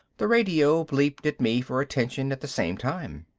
the radio bleeped at me for attention at the same time.